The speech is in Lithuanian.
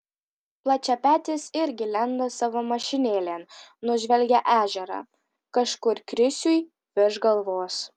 plačiapetis irgi lenda savo mašinėlėn nužvelgia ežerą kažkur krisiui virš galvos